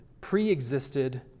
pre-existed